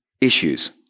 issues